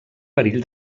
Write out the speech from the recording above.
perill